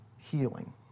healing